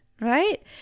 right